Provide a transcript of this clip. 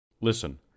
Listen